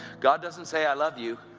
god doesn't say, i love you.